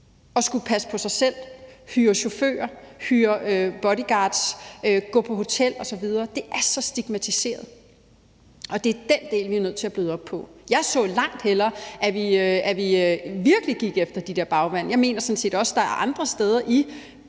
at skulle passe på sig selv, hyre chauffører og bodyguards og gå på hotel osv. Det er så stigmatiseret, og det er den del, vi nødt til at bløde op på. Jeg så langt hellere, at vi virkelig gik efter de der bagmænd. Jeg mener sådan set også, at der er andre steder i